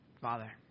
father